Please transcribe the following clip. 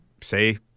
say